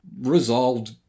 resolved